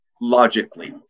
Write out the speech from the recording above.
logically